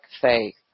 faith